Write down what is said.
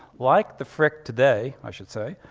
like the frick today, i should say,